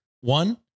One